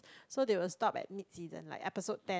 so they will stop at mid season like episode ten